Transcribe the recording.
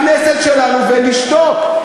בכנסת שלנו, ולשתוק.